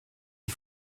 est